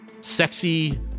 sexy